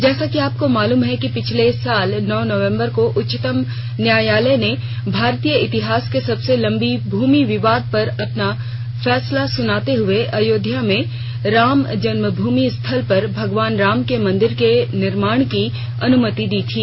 जैसा कि आपको मालूम है कि पिछले साल नौ नवम्बर को उच्चतम न्यायालय ने भारतीय इतिहास के सबसे लंबे भूमि विवाद पर अपना फैसला सुनाते हुए अयोध्या में राम जन्मभूमि स्थल पर भगवान राम के मंदिर के निर्माण की अनुमति दी थी